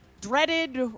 dreaded